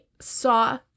saw